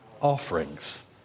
offerings